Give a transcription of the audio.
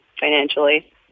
financially